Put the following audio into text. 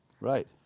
Right